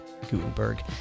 Gutenberg